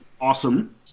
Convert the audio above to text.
awesome